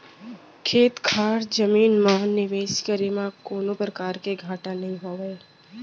खेत खार जमीन म निवेस करे म कोनों परकार के घाटा नइ होवय